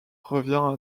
revient